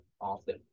often